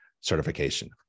certification